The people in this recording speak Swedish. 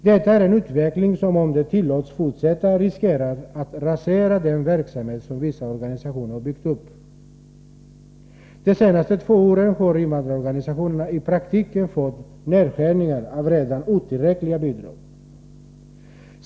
Detta är en utveckling som, om den tillåts fortsätta, riskerar att rasera den verksamhet som vissa organisationer har byggt upp. De senaste två åren har invandrarorganisationerna i praktiken fått nedskärningar av redan otillräckliga bidrag.